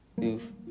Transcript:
Oof